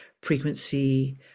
frequency